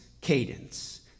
cadence